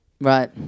Right